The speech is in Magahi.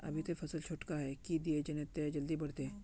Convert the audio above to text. अभी ते फसल छोटका है की दिये जे तने जल्दी बढ़ते?